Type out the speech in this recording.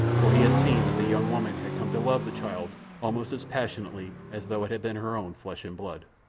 for he had seen that the young woman had come to love the child almost as passionately as though it had been her own flesh and blood.